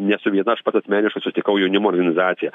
ne su viena aš pats asmeniškai sutikau jaunimo organizaciją